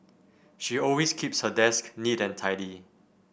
she always keeps her desk neat and tidy